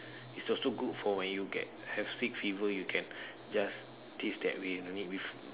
it's also good for when you get have sick fever you can just taste that way no need with